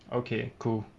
okay cool